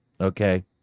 okay